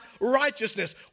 righteousness